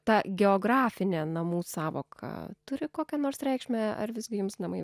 ta geografinė namų sąvoka turi kokią nors reikšmę ar visgi jums namai